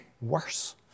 worse